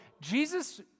Jesus